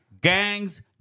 gangs